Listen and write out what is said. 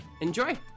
Enjoy